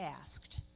asked